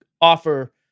offer